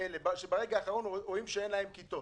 תלמידים שברגע האחרון רואים שאין להם כיתות